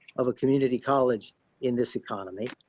of a community college in this economy.